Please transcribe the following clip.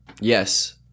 Yes